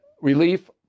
relief